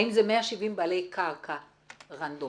האם זה 170 בעלי קרקע רנדומליים,